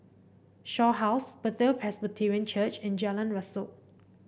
Shaw House Bethel Presbyterian Church and Jalan Rasok